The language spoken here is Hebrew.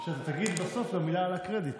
אמרת שתגיד בסוף מילה על הקרדיט.